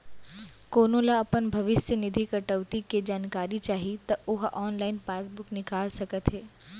कोनो ल अपन भविस्य निधि कटउती के जानकारी चाही त ओ ह ऑनलाइन पासबूक निकाल सकत हे